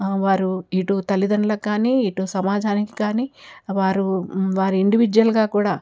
వారు ఇటు తల్లిదండ్రులకు కానీ ఇటు సమాజానికి కానీ వారు వారి ఇండివిజ్యువల్గా కూడా